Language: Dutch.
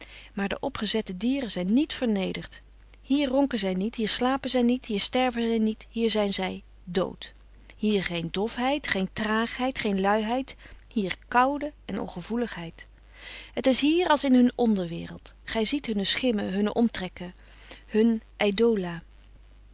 maar de opgezette dieren zijn niet vernederd hier ronken zij niet hier slapen zij niet hier sterven zij niet hier zijn zij dood hier geen dofheid geen traagheid geen luiheid hier koude en ongevoeligheid het is hier als in hun onderwereld gij ziet hunne schimmen hunne omtrekken hunne eidola